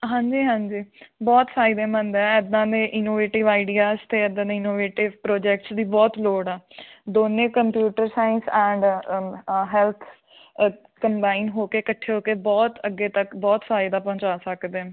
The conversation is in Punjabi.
ਹਾਂਜੀ ਹਾਂਜੀ ਬਹੁਤ ਫਾਇਦੇਮੰਦ ਹੈ ਐਦਾਂ ਦੇ ਇਨੋਵੇਟਿਵ ਆਈਡੀਆਸ ਅਤੇ ਐਦਾਂ ਦੇ ਇਨੋਵੇਟਿਵ ਪ੍ਰੋਜੈਕਟਸ ਦੀ ਬਹੁਤ ਲੋੜ ਆ ਦੋਨੇ computer science and health combine ਹੋ ਕੇ ਇਕੱਠੇ ਹੋ ਕੇ ਬਹੁਤ ਅੱਗੇ ਤੱਕ ਬਹੁਤ ਫਾਇਦਾ ਪਹੁੰਚਾ ਸਕਦੇ